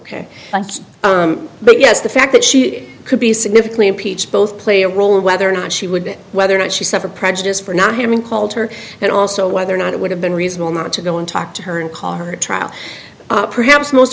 ok but yes the fact that she could be significantly impeached both play a role in whether or not she would be whether or not she suffered prejudice for not having called her and also whether or not it would have been reasonable not to go and talk to her and call her trial perhaps most